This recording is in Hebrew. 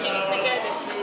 תודה רבה.